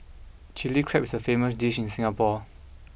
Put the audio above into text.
chilli crab is a famous dish in Singapore